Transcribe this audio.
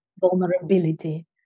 vulnerability